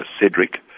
CEDRIC